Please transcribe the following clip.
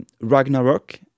Ragnarok